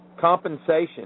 compensation